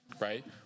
Right